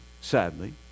sadly